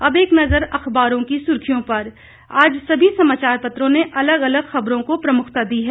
और अब एक नज़र अख़बारों की सुर्खियां पर आज सभी समाचार पत्रों ने अलग अलग खबरों को प्रमुखता दी है